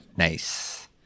Nice